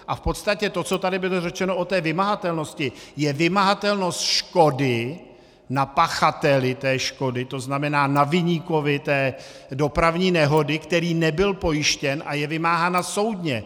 A v podstatě to, co tady bylo řečeno o té vymahatelnosti, je vymahatelnost škody na pachateli té škody, to znamená na viníkovi dopravní nehody, který nebyl pojištěn, a je vymáhána soudně.